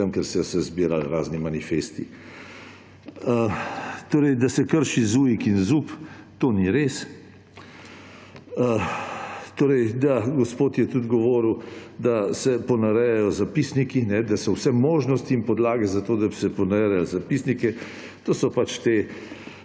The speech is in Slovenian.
tam, kjer so se zbirali razni manifesti. Da se krši ZUJIF IN ZUP – to ni res. Gospod je tudi govoril, da se ponarejajo zapisniki, da so vse možnosti in podlage za to, da se ponareja zapisnike, to so pač na